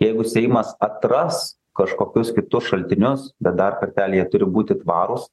jeigu seimas atras kažkokius kitus šaltinius bet dar kartelį jie turi būti tvarūs